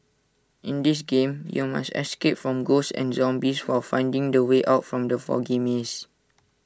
in this game you must escape from ghosts and zombies while finding the way out from the foggy maze